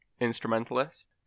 instrumentalist